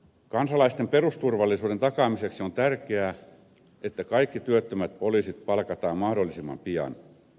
kansalaisten perusturvallisuuden takaamiseksi on tärkeää että kaikki työttömät poliisit palkataan mahdollisimman pian